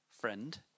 friend